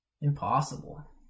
Impossible